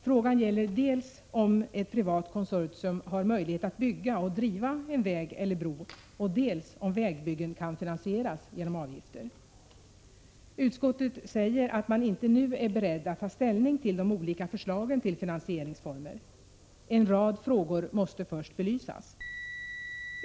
Frågan gäller dels om ett privat konsortium har möjlighet att bygga och driva en väg eller bro, dels om vägbyggen kan finansieras genom avgifter. Utskottet säger att man inte nu är beredd att ta ställning till de olika förslagen till nya finansieringsformer. En rad frågor måste först belysas.